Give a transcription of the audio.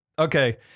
Okay